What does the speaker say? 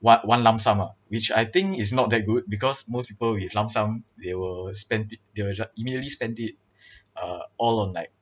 one one lump sum ah which I think is not that good because most people with lump sum they will spend it they will just immediately spend it uh all on like